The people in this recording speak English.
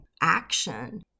action